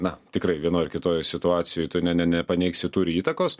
na tikrai vienoj ar kitoj situacijoj tu ne ne nepaneigsi turi įtakos